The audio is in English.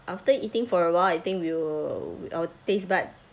after eating for a while I think we will our taste bud